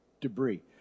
debris